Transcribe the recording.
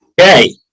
Okay